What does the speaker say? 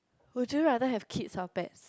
would you rather have kids or pets